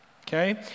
okay